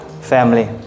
family